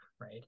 right